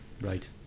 Right